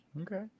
okay